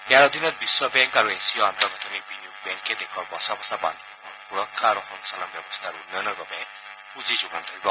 ইয়াৰ অধীনত বিশ্ব বেংক আৰু এছিয় আন্তঃগাঠনি বিনিয়োগ বেংকে দেশৰ বচা বচা বান্ধসমূহৰ সূৰক্ষা আৰু সঞ্চালন ব্যৱস্থাৰ উন্নয়নৰ বাবে পুঁজি যোগান ধৰিব